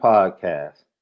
Podcast